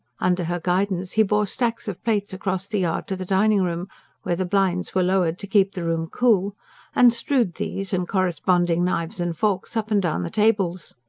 under her guidance he bore stacks of plates across the yard to the dining-room where the blinds were lowered to keep the room cool and strewed these, and corresponding knives and forks, up and down the tables.